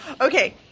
Okay